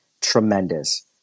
tremendous